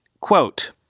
Quote